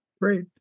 Great